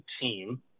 team